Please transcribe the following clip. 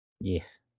Yes